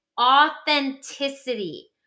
authenticity